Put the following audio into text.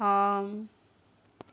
ஆம்